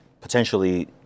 potentially